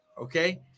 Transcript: Okay